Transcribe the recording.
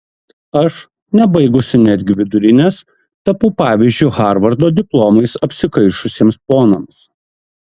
aš nebaigusi netgi vidurinės tapau pavyzdžiu harvardo diplomais apsikaišiusiems ponams